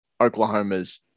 Oklahoma's